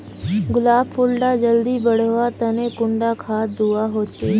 गुलाब फुल डा जल्दी बढ़वा तने कुंडा खाद दूवा होछै?